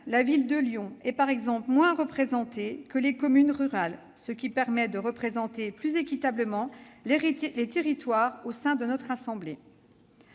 la ville de Lyon, par exemple, est moins bien représentée que les communes rurales, ce qui permet de représenter plus équitablement les territoires au sein de notre assemblée.